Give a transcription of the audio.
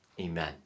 Amen